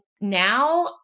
now